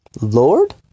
Lord